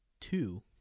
two